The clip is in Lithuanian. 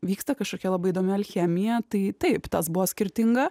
vyksta kažkokia labai įdomi alchemija tai taip tas buvo skirtinga